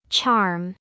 Charm